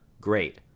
Great